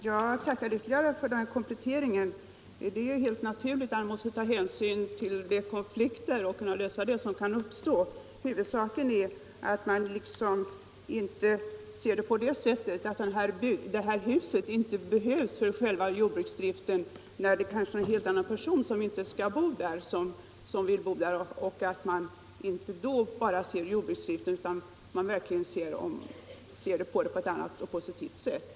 Herr talman! Jag tackar för den kompletteringen. Det är helt naturligt att man måste ta hänsyn till hur man skall kunna lösa de konflikter som kan uppstå. Huvudsaken är att man inte bara ser det så att huset inte behövs för själva jordbruksdriften, när det kanske är en helt annan person än en jordbrukare som skall bo där, utan att man verkligen ser detta på ett annat och positivt sätt.